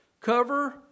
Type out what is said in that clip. cover